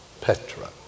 Petra